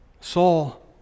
Saul